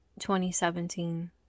2017